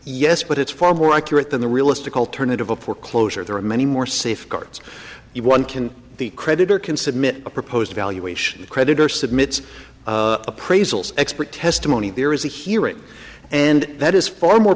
yes but it's far more accurate than the realistic alternative of foreclosure there are many more safeguards if one can the creditor can submit a proposed valuation creditor submit appraisals expert testimony there is a hearing and that is far more